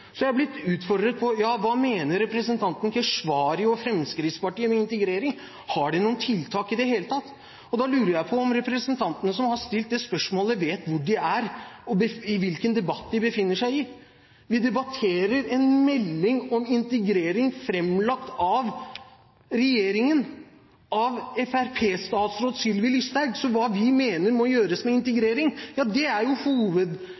så hadde ingen av ulempene ved innvandringen eller utfordringene ved integreringen kommet fram. Jeg har blitt utfordret på dette: Hva mener representanten Keshvari og Fremskrittspartiet om integrering? Har de i det hele tatt noen tiltak? Da lurer jeg på om representantene som har stilt de spørsmålene, vet hvor de er og hvilken debatt de befinner seg i. Vi debatterer en melding om integrering framlagt av regjeringen, av Fremskrittspartiet-statsråd Sylvi Listhaug. Hva vi mener må gjøres med integrering, er